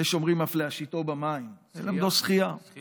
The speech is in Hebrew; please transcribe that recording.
ויש אומרים אף להשיטו במים, ללמדו שחייה.